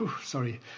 Sorry